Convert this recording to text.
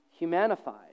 humanified